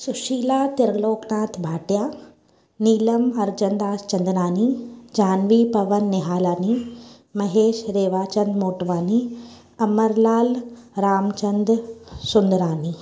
Sushila Trilokanath Bhatia Neelam Harchanddas Chandlani Janvi Pawan Nihalani Mahesh Rewachand Motwani Amarlal Lalchand Sundrani